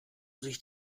sich